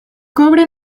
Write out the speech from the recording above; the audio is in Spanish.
cobre